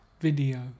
video